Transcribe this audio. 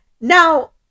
Now